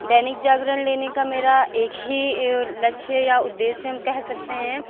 दैनिक जागरण लेने का मेरा एक ही लक्ष्य या उद्देश्य हम कह सकते हैं